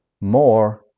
more